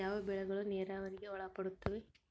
ಯಾವ ಬೆಳೆಗಳು ನೇರಾವರಿಗೆ ಒಳಪಡುತ್ತವೆ?